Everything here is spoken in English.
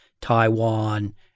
Taiwan